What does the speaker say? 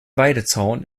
weidezaun